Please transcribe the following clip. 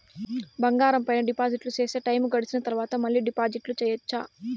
బంగారం పైన డిపాజిట్లు సేస్తే, టైము గడిసిన తరవాత, మళ్ళీ డిపాజిట్లు సెయొచ్చా?